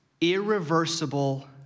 Irreversible